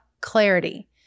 clarity